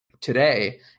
today